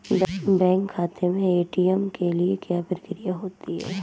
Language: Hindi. बैंक खाते में ए.टी.एम के लिए क्या प्रक्रिया होती है?